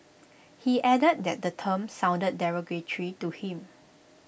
he added that the term sounded derogatory to him